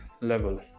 level